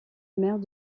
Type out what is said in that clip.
mère